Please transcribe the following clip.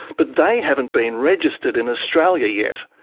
but they haven't been registered in australia yet.